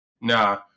nah